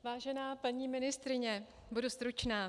Vážená paní ministryně, budu stručná.